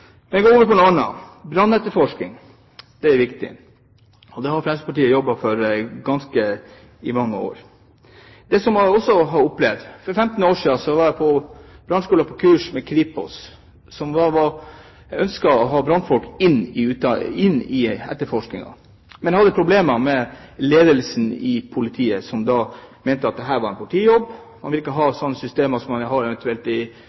Men jeg går over til noe annet: brannetterforskning. Det er viktig, og det har Fremskrittspartiet jobbet for i mange år. For 15 år siden var jeg på brannskole på kurs med Kripos, som ønsket å ha brannfolk inn i etterforskningen, men de hadde problemer med ledelsen i politiet, som mente at dette var en politijobb. Man ville ikke ha de samme systemene som man har i